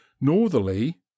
Northerly